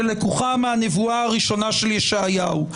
שלקוחה מהנבואה הראשונה של ישעיהו,